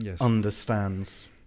understands